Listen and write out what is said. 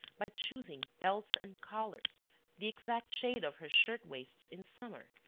by choosing belts and collars the exact shade of her shirt-waists in summer,